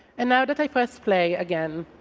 and now that i press play again,